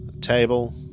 Table